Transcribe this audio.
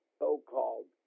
so-called